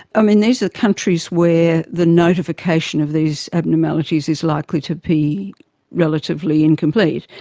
um and these are countries where the notification of these abnormalities is likely to be relatively incomplete.